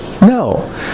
No